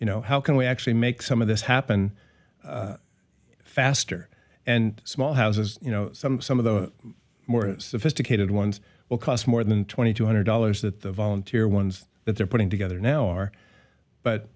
you know how can we actually make some of this happen faster and small houses you know some of the more sophisticated ones will cost more than twenty two hundred dollars that the volunteer ones that they're putting together now are but